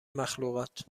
مخلوقات